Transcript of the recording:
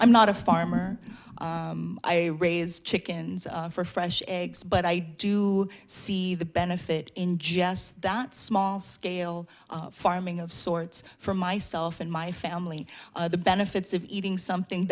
i'm not a farmer i raise chickens for fresh eggs but i do see the benefit in just that small scale farming of sorts for myself and my family the benefits of eating something